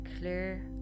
clear